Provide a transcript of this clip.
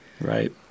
Right